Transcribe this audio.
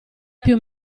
più